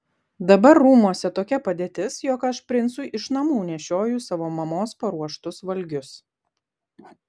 dabar rūmuose tokia padėtis jog aš princui iš namų nešioju savo mamos paruoštus valgius